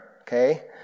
Okay